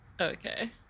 okay